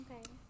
Okay